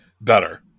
better